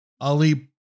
Ali